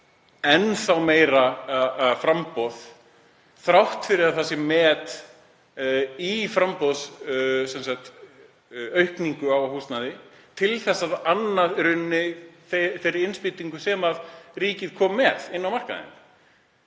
enn þá meira framboð þrátt fyrir að það sé met í framboðsaukningu á húsnæði til að anna þeirri innspýtingu sem ríkið kom með inn á markaðinn.